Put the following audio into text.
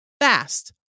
fast